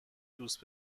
دوست